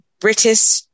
British